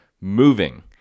moving